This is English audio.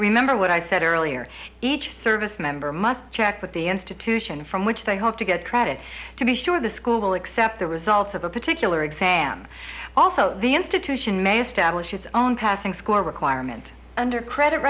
remember what i said earlier each service member must check with the institution from which they hope to get credit to be sure the school will accept the results of a particular exam also the institution may establish its own passing score requirement under credit